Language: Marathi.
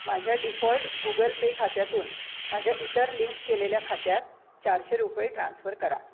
माझ्या डीफॉल्ट गुगल पे खात्यातून माझ्या इतर लिंक केलेल्या खात्यात चारशे रुपये ट्रान्स्फर करा